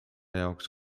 jaoks